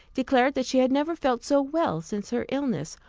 declared that she had never felt so well since her illness,